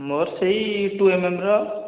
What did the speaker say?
ମୋର ସେଇ ଟୁ ଏମ୍ଏମ୍ର